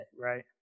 right